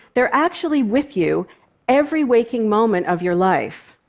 they're actually with you every waking moment of your life.